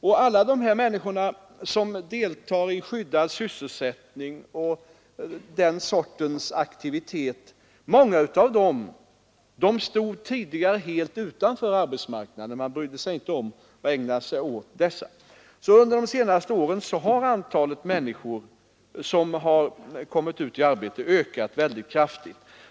Många av de människor som deltar i skyddad sysselsättning och den sortens aktiviteter stod tidigare helt utanför arbetsmarknaden — man ägnade sig inte åt dessa. Under de senaste åren har således antalet människor som kommit ut i arbete ökat synnerligen kraftigt.